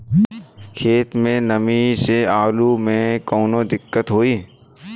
खेत मे नमी स आलू मे कऊनो दिक्कत होई?